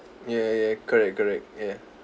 ya ya correct correct ya